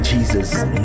Jesus